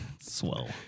Swell